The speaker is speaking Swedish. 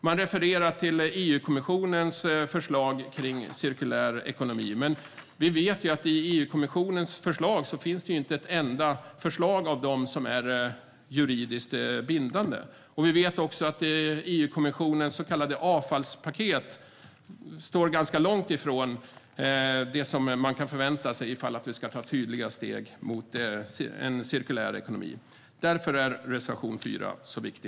Man refererar till EU-kommissionens förslag om cirkulär ekonomi, men vi vet att inte ett enda av dessa förslag är juridiskt bindande. Vi vet också att EU-kommissionens så kallade avfallspaket står ganska långt från det man kan förvänta sig om man ska ta tydliga steg mot en cirkulär ekonomi. Därför är reservation 4 så viktig.